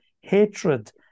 hatred